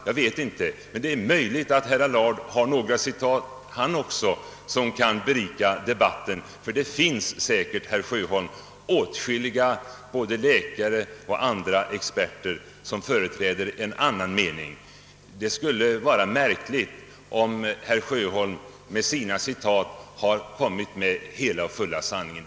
Jag vet inte, men det är möjligt att han också har några citat, som kan berika debatten. Det finns säkert, herr Sjöholm, åtskilliga läkare och andra experter som företräder en annan uppfattning. Det skulle vara märkligt om herr Sjöholm med sina citat har avslöjat hela och fulla sanningen.